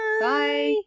Bye